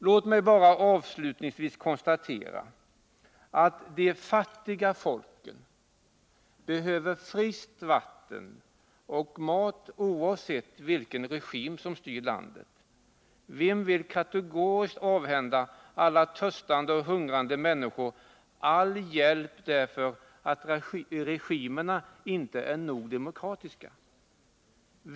Låt mig avslutningsvis konstatera att de fattiga folken behöver friskt vatten och mat oavsett vilken regim som styr landet. Vem vill kategoriskt avhända törstande och hungrande människor all hjälp därför att regimerna inte är nog demokratiska?